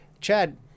Chad